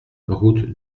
route